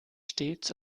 stets